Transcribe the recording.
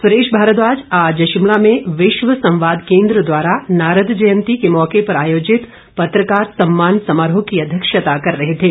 सुरेश भारद्वाज आज शिमला में विश्व संवाद केन्द्र द्वारा नारद जयंती के मौके पर आयोजित पत्रकार सम्मान समारोह की अध्यक्षता कर रहे थे